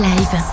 Live